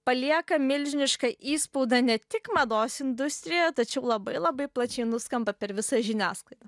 palieka milžinišką įspaudą ne tik mados industrijo tačiau labai labai plačiai nuskamba per visą žiniasklaidą